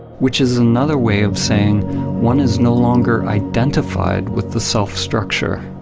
which is another way of saying one is no longer identified with the self structure,